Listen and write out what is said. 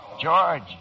George